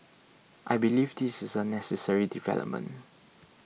I believe this is a necessary development